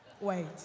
wait